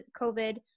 COVID